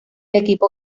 equipo